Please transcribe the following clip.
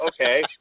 okay